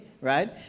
right